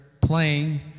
playing